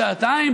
שעתיים,